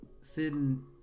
sitting